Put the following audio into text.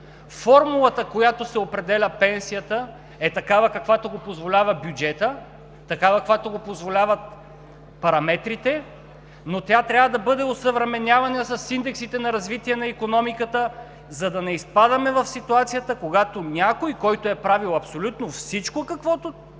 Формулата, с която се определя пенсията, е такава, каквато го позволява бюджетът, такава, каквато го позволяват параметрите, но тя трябва да бъде осъвременявана с индексите на развитие на икономиката, за да не изпадаме в ситуация, когато някой, който е правил абсолютно всичко каквото